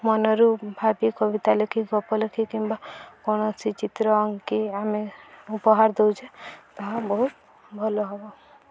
ମନରୁ ଭାବି କବିତା ଲେଖି ଗପ ଲେଖି କିମ୍ବା କୌଣସି ଚିତ୍ର ଅଙ୍କି ଆମେ ଉପହାର ଦଉଛେ ତାହା ବହୁତ ଭଲ ହେବ